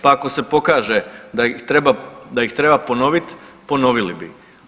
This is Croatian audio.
Pa ako se pokaže da ih treba ponovit, ponovili bi.